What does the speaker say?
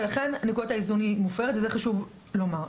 ולכן נקודת האיזון מופרת, ואת זה חשוב לומר.